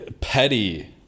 petty